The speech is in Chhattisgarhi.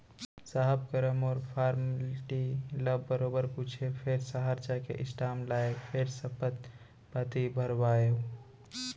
साहब करा मोर फारमेल्टी ल बरोबर पूछें फेर सहर जाके स्टांप लाएँ फेर सपथ पाती भरवाएंव